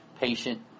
patient